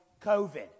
COVID